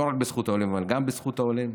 לא רק בזכות עולים אבל גם בזכות העולים.